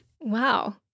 Wow